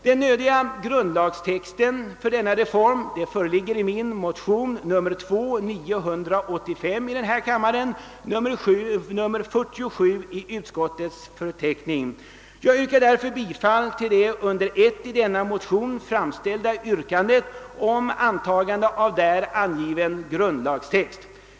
Den för denna reform erforderliga grundlagstexten föreligger i min motion II: 985, nr 47 i utskottets förteckning. Jag yrkar därför bifall till det under I i denna motion framställda yrkandet om antagande av där angiven grundlagstext.